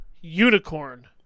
unicorn